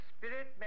Spirit